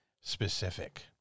specific